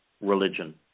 religion